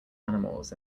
animals